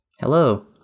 Hello